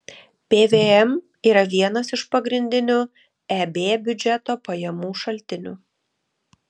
pvm yra vienas iš pagrindinių eb biudžeto pajamų šaltinių